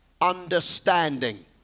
Understanding